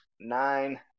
Nine